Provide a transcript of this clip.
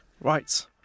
Right